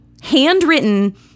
handwritten